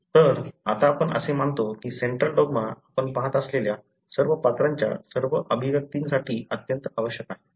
तर आता आपण असे मानतो की सेंट्रल डॉग्मा आपण पाहत असलेल्या सर्व पात्रांच्या सर्व अभिव्यक्तींसाठी अत्यंत आवश्यक आहे